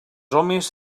homes